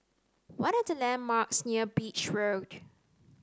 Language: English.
what are the landmarks near Beach Road